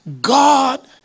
God